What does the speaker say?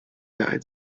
died